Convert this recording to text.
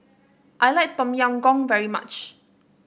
I like Tom Yam Goong very much